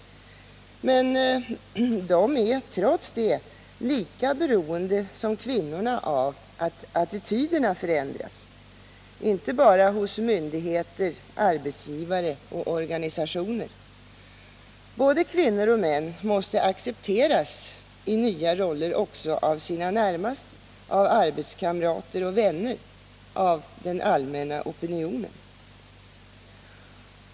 Men de är trots det lika beroende som kvinnorna av att attityderna förändras, inte bara hos myndigheter, arbetsgivare och organisationer. Både kvinnor och män måste accepteras i nya roller också av sina närmaste, av arbetskamrater och vänner, av den allmänna opinionen, om jämställdheten skall kunna förvandlas från mål till verklighet.